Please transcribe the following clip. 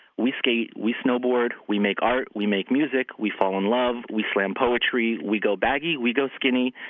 we skate, we snowboard, we make art, we make music, we fall in love, we slam poetry, we go baggy, we go skinny,